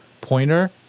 pointer